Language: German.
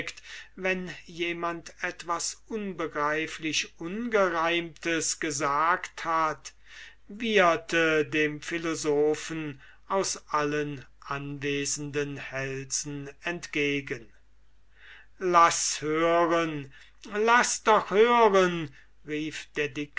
wenn jemand etwas unbegreiflich ungereimtes gesagt hat wieherte dem philosophen aus allen anwesenden hälsen entgegen laß hören laß doch hören rief der